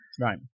Right